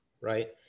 right